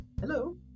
Hello